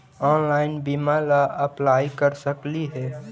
Online बीमा ला apply कर सकली हे?